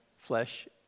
flesh